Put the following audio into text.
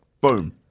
Boom